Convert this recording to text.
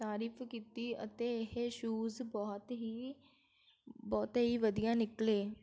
ਤਾਰੀਫ ਕੀਤੀ ਅਤੇ ਇਹ ਸ਼ੂਜ਼ ਬਹੁਤ ਹੀ ਬਹੁਤੇ ਹੀ ਵਧੀਆ ਨਿਕਲੇ